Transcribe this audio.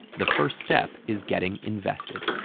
the first step is getting invested.